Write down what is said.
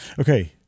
Okay